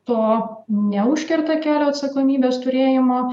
to neužkerta kelio atsakomybės turėjimo